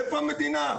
איפה המדינה?